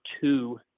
two